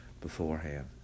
beforehand